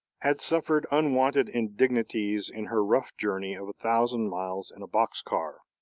had suffered unwonted indignities in her rough journey of a thousand miles in a box-car.